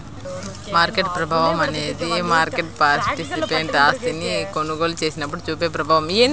market ప్రభావం అనేది market participant ఆస్తిని కొనుగోలు చేసినప్పుడు చూపే ప్రభావం